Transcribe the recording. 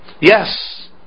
Yes